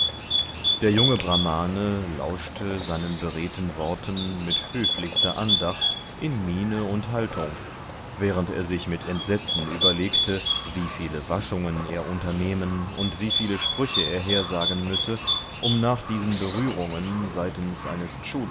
der junge brahmane lauschte seinen beredten worten mit höflichster andacht in miene und haltung während er sich mit entsetzen überlegte wie viele waschungen er unternehmen und wie viele sprüche er hersagen müsse um nach diesen berührungen seitens eines